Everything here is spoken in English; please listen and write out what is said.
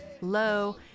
low